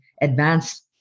advanced